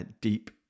deep